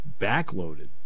backloaded